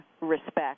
respect